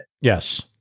Yes